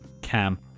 Cam